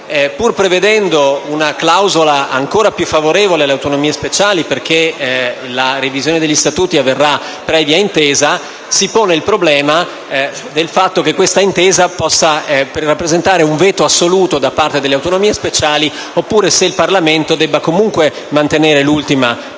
Pur prevedendo una clausola ancora più favorevole alle autonomie speciali, perché la revisione degli statuti avverrà previa intesa, si pone il problema se quest'ultima possa rappresentare un veto assoluto da parte delle autonomie speciali, oppure se il Parlamento debba comunque mantenere l'ultima parola